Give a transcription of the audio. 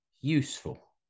useful